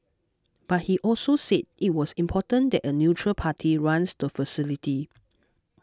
but he also said it was important that a neutral party runs the facility